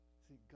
See